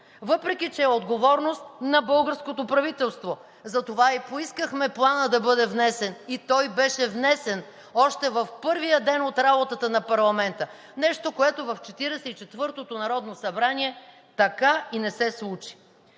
въпреки че е отговорност на българското правителство. Затова поискахме Планът да бъде внесен и той беше внесен още в първия ден от работата на парламента – нещо, което в 44-тото народно събрание така и не се случи.